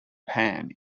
pan